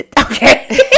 Okay